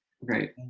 Right